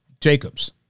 Jacobs